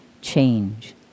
change